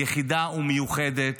יחידה ומיוחדת.